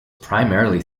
primarily